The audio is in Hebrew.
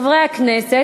חברי הכנסת,